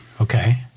Okay